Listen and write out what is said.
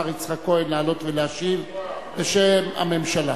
השר יצחק כהן, לעלות ולהשיב בשם הממשלה.